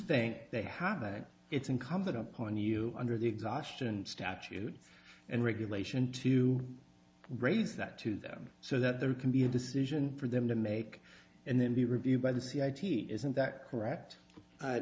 think they have that it's incumbent upon you under the exhaustion statute and regulation to raise that to them so that there can be a decision for them to make and then be reviewed by the c i team isn't that